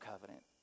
covenant